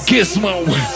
Gizmo